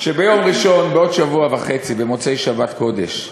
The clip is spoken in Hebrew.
כשביום ראשון בעוד שבוע וחצי, במוצאי שבת קודש,